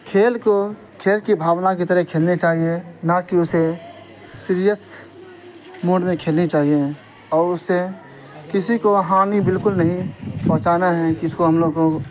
کھیل کو کھیل کی بھاؤنا کی طرح کھیلنے چاہؑیں نہ کہ اسے سیریس موڈ میں کھیلنی چاہئیں اور اس سے کسی کو ہانی بالکل نہیں پہنچانا ہیں کس کو ہم لوگ کو